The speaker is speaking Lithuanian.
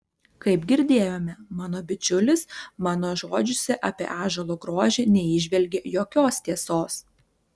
kaip girdėjome mano bičiulis mano žodžiuose apie ąžuolo grožį neįžvelgė jokios tiesos